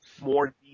more